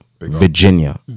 Virginia